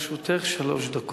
לרשותך שלוש דקות.